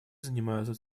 занимаются